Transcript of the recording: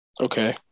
okay